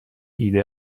ایده